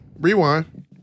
Rewind